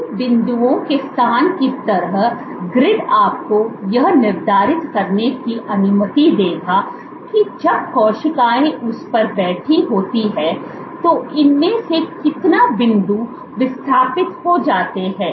इन बिंदुओं के स्थान की तरह ग्रिड आपको यह निर्धारित करने की अनुमति देगा कि जब कोशिकाएं उस पर बैठी होती हैं तो इनमें से कितना बिंदु विस्थापित हो जाते हैं